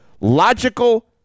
logical